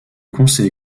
conseil